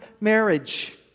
marriage